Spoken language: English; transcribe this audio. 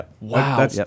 Wow